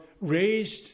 raised